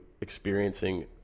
experiencing